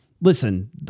listen